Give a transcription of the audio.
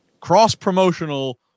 cross-promotional